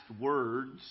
words